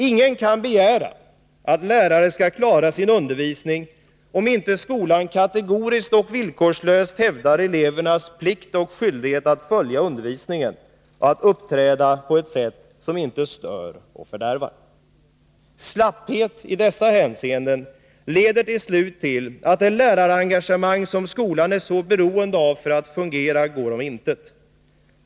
Ingen kan begära att lärare skall klara sin undervisning om inte skolan kategoriskt och villkorslöst hävdar elevernas plikt och skyldighet att följa undervisningen och att uppträda på ett sätt som inte stör och fördärvar. Slapphet i dessa hänseenden leder till slut till att det lärarengagemang som skolan är beroende av för att fungera går om intet.